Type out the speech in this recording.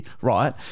right